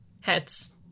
heads